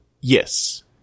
yes